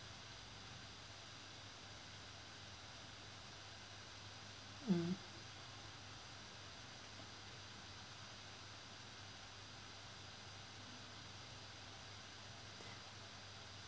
mm